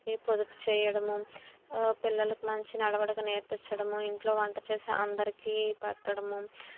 ఏ పొదుపు చేయడం పిల్లలకి మంచి నడవడిక నేర్పించ్చడము ఇంట్లో వంట చేసి అందరికీ పెట్టడము